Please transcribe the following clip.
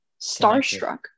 starstruck